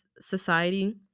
society